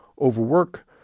overwork